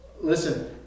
Listen